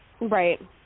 Right